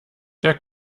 der